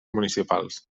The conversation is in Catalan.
municipals